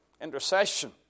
intercession